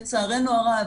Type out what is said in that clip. לצערנו הרב,